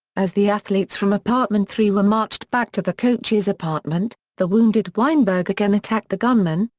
as the athletes from apartment three were marched back to the coaches' apartment, the wounded weinberg again attacked the gunmen,